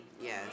Yes